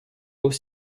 aux